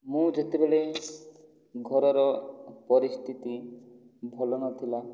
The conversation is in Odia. ମୁଁ ଯେତେବେଳେ ଘରର ପରିସ୍ଥିତି ଭଲ ନଥିଲା